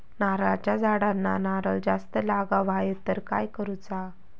नारळाच्या झाडांना नारळ जास्त लागा व्हाये तर काय करूचा?